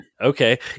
Okay